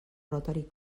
rotary